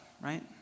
Right